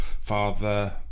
father